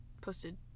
Posted